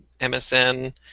MSN